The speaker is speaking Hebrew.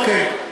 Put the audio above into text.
אוקיי.